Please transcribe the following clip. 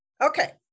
Okay